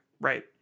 Right